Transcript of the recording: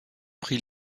pris